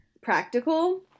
practical